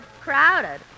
Crowded